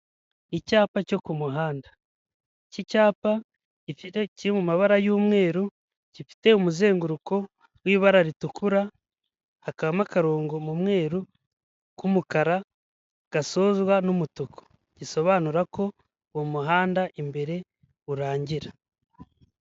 Icyapa cyo ku muhanda, iki cyapa gifite kiri mu mabara y'umweru, gifite umuzenguruko w'ibara ritukura, hakabamo akarongo mu mweru k'umukara gasozwa n'umutuku, gisobanura ko umuhanda imbere urangira.